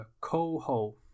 Coho